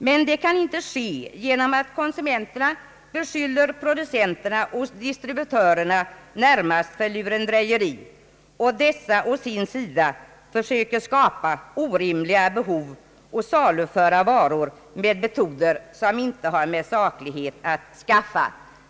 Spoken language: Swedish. Men det kan inte ske genom att konsumenterna beskyller producenterna och distributörerna närmast för lurendrejeri och dessa å sin sida försöker skapa orimliga behov och saluföra varor med metoder som inte har med saklighet att skaffa.